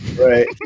Right